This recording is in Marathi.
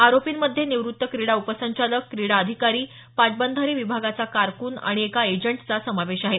आरोपींमध्ये निवृत्त क्रिडा उपसंचालक क्रिडा अधिकारी पाटबंधारे विभागाचा कारकून आणि एका एजंटचा समावेश आहे